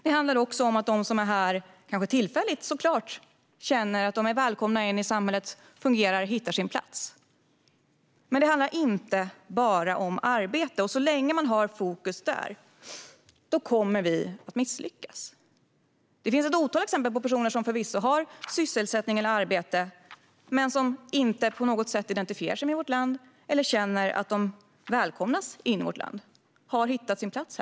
Det handlar också om att de som är här tillfälligt känner att de är välkomna in i samhället och att de fungerar och hittar sin plats. Men det handlar inte bara om arbete. Så länge som man har fokus där kommer vi att misslyckas. Det finns ett otal exempel på personer som förvisso har sysselsättning eller arbete men som inte på något sätt identifierar sig med vårt land eller känner att de är välkomna hit och har hittat sin plats.